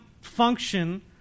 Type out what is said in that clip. function